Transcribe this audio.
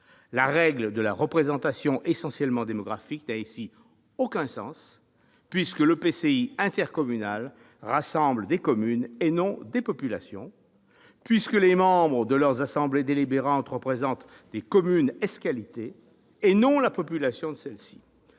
La règle de la « représentation essentiellement démographique » n'a ici aucun sens, puisque les EPCI rassemblent des communes et non des populations, puisque les membres de leurs assemblées délibérantes représentent des communes ès qualité, et non la population de celles-ci.